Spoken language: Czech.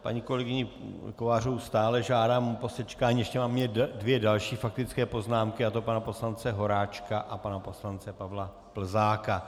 Paní kolegyni Kovářovou stále žádám o posečkání, ještě mám dvě další faktické poznámky, a to pana poslance Horáčka a pana poslance Pavla Plzáka.